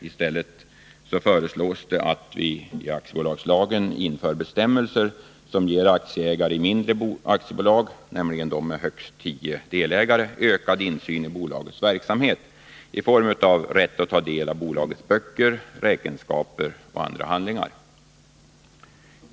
I stället föreslås det att i aktiebolagslagen införs bestämmel ser som ger aktieägare i mindre aktiebolag — nämligen de med högst tio delägare — ökad insyn i bolagets verksamhet i form av rätt att ta del av bolagets böcker, räkenskaper och andra handlingar.